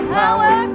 power